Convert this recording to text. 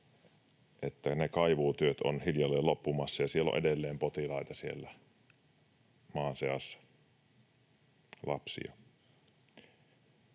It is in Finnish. että ne kaivuutyöt ovat hiljalleen loppumassa ja edelleen on potilaita siellä maan seassa, lapsia.